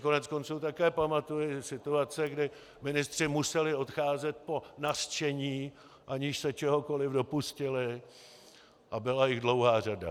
Já si koneckonců také pamatuji situace, kdy ministři museli odcházet po nařčení, aniž se čehokoli dopustili, a byla jich dlouhá řada.